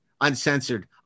uncensored